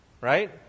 Right